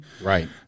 Right